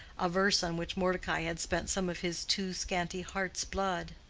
a verse on which mordecai had spent some of his too scanty heart's blood.